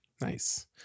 nice